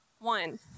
One